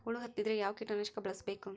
ಹುಳು ಹತ್ತಿದ್ರೆ ಯಾವ ಕೇಟನಾಶಕ ಬಳಸಬೇಕ?